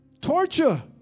Torture